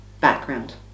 background